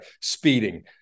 speeding